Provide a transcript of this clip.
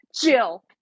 jill